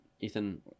Ethan